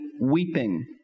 weeping